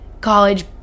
college